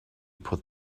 put